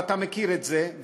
ואתה מכיר את זה,